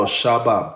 Shaba